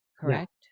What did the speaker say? correct